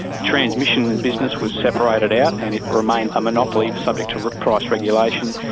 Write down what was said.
the transmission business was separated out, and it remained a monopoly subject to price regulation,